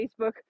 Facebook